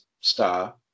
star